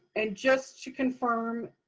and just to confirm,